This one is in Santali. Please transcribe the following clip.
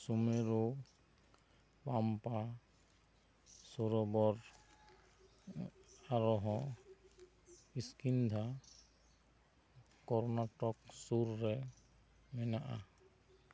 ᱥᱩᱢᱮᱨᱩ ᱯᱟᱢᱯᱟ ᱥᱚᱨᱳᱵᱚᱨ ᱟᱨ ᱦᱚᱸ ᱠᱤᱥᱠᱤᱱᱫᱷᱟ ᱠᱚᱨᱱᱟᱴᱚᱠ ᱥᱩᱨ ᱨᱮ ᱢᱮᱱᱟᱜᱼᱟ